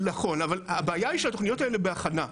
נכון, אבל הבעיה היא שהתוכניות האלה בהכנה.